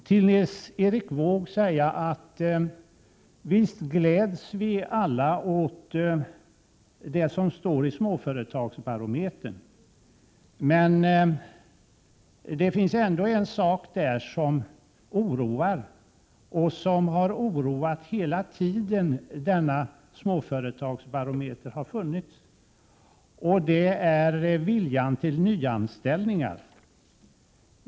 Till Nils Erik Wååg vill jag säga att visst gläds vi alla åt det som står i småföretagsbarometern. Men det finns ändå en sak i den som oroar och har oroat hela tiden som denna småföretagsbarometer har funnits. Det gäller viljan till nyanställningar.